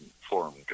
formed